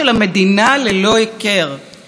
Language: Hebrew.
שבגלל שופטי העליון,